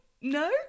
no